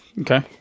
Okay